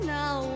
now